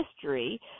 history